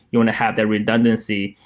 you want to have that redundancy.